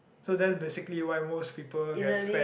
so that's basically why most people gets fat